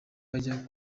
ajya